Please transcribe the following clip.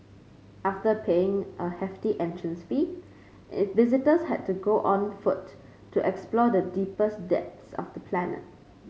after paying a hefty entrance fee visitors had to go on foot to explore the deepest depths of the planet